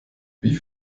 wie